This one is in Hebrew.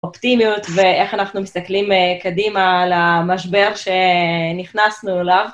אופטימיות ואיך אנחנו מסתכלים קדימה על המשבר שנכנסנו אליו.